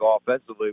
offensively